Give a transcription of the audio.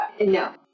No